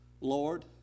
Lord